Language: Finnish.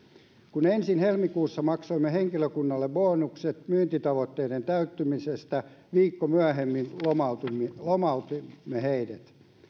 kun ensin helmikuussa maksoimme henkilökunnalle bonukset myyntitavoitteiden täyttymisestä viikkoa myöhemmin lomautimme lomautimme heidät